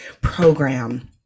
program